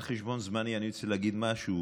על חשבון זמני אני רוצה להגיד משהו,